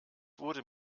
wurde